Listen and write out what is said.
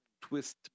twist